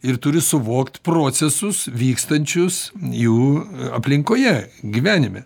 ir turi suvokt procesus vykstančius jų aplinkoje gyvenime